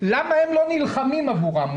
למה הם לא נלחמים עבורם.